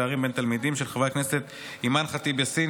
של חברי הכנסת אימאן ח'טיב יאסין,